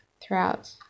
throughout